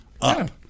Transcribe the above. up